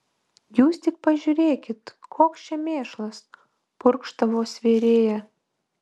jūs tik pažiūrėkit koks čia mėšlas purkštavo svėrėja